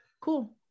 Cool